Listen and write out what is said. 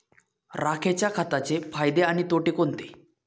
राखेच्या खताचे फायदे आणि तोटे कोणते?